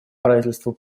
правительству